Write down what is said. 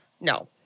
No